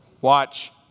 Watch